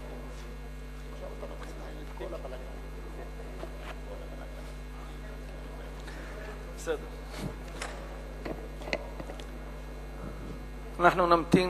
אנחנו נמתין